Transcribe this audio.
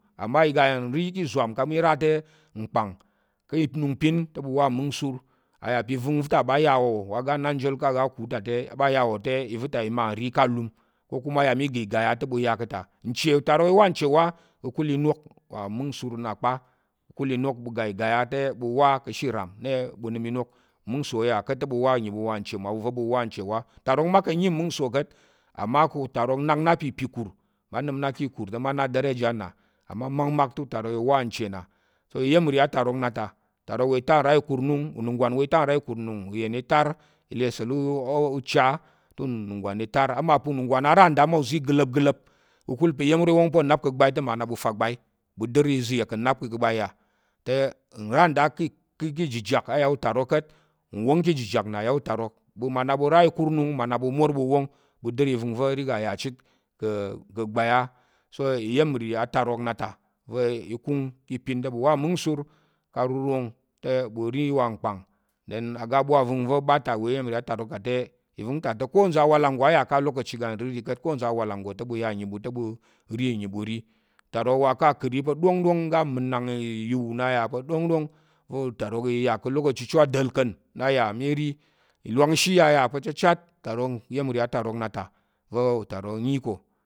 Amma iga n ri ki ìzwam kan mi ra te ngkpang, ki nungpin te bu wa mman isur ayape ivinvita ba yawo wa ga nanjol ka ga aku tate aba yawo te iva̱ ta te ima ri ka lum ko kuma ya mi gigaya ta bu ya kata. nce utaroh iwa nce wa kakul inok wan mmun sur, kakul inok bu gigaya te bu wa ka sha ram te bu nim inok nman so iya kate bu wa inyi bu wa nche ma bu van bu wa nche wa,. utarok ma ka nnyi mmun nso ka̱t, amma utarok ka̱ nak nna pa̱ ìpikur ka̱kul mma nəm na ká̱ ìkur te mma aɗareje nnà makmak te utarok i wa nche nna so iya̱m nri atarok na ta, utarok wa i tar nra nkur nung, ununggwan uwa tar nra i kur nung i le te uyen i tar te i le asa̱l uchar te ununggwan wa i tar, amal pa̱ ununggwan ara nda mma agələp gələp, ka̱kul pa̱ ya̱m iro i wong pa o nap ka̱ gbai te mmaɓu a ɓu fa gbai amal pa̱ ununggwan n ra nda ká̱ njijak a yà atarok ka̱t. A yà pa̱ iya̱m ro a wong pa̱ o nap ka̱ gbai te mmaɓu na ɓu fa gbai, ɓu dər pa̱ ìza̱ ka̱ nnap ká̱ gbai yà, te nra nda ka̱ ijijak a yà utarok ka̱t nwong jijak nna i yà utarok mma nna ɓu ra ikur nung mma na ɓu mor ɓu wong ɓu dər iva̱ngva̱ rega yà chit ka̱ gbai á so ya̱m nri atarok nna ta va̱ i kung ka̱ ipin t ɓu wa mung nsur ká̱ aruwong te ɓu ri wa ngkpang, then oga ava̱ngva̱ ɓa ta wa iya̱m ri atarok ta te, iva̱ng ta te, ko nza̱ awalang nggo á yà ka̱ alokaci aga nriri ka̱t, te ko nza̱ awalang nggo te ɓu ya nnyi ɓu teɓu ri nyi ɓu ri. Utarok a ká̱ akəri pa̱ ɗongdong oga minang, iyuwu nna yà pa̱ ɗongɗong. va utarok iyiyak ka̱ lokaci cho, ada̱lka̱n nna yà mi ri oga alyangshi, iya̱m atarok nna yà ta va̱ utarok nyi ko.